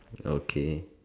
okay